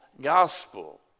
gospel